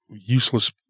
useless